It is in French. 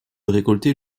récolter